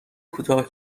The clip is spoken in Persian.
کوتاه